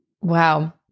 Wow